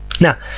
Now